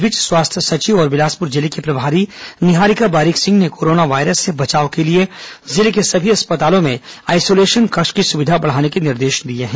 इस बीच स्वास्थ्य सचिव और बिलासपुर जिले की प्रभारी निहारिका बारिक सिंह ने कोरोना वायरस से बचाव के लिए जिले के सभी अस्पतालों में आईसोलेशन कक्ष की सुविधा बढ़ाने के निर्देश दिए हैं